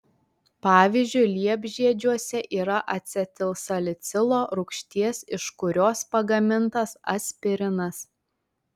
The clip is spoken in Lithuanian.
pavyzdžiui liepžiedžiuose yra acetilsalicilo rūgšties iš kurios pagamintas aspirinas